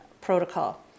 protocol